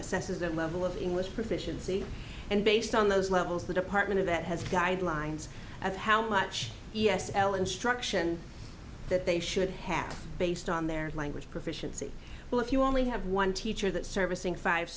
assesses that level of english proficiency and based so on those levels the department of that has guidelines as to how much e s l instruction that they should have based on their language proficiency well if you only have one teacher that servicing five